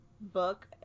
book